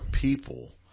people